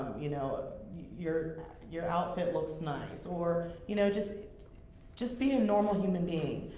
you know, your your outfit looks nice, or, you know, just just be a normal human being.